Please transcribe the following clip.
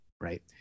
Right